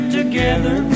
together